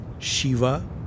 Shiva